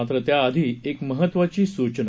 मात्र त्याआधी एक महत्त्वाची सूचना